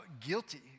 guilty